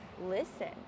listen